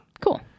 Cool